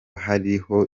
hariho